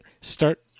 start